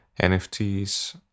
NFTs